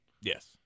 yes